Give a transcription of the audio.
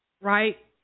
Right